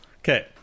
Okay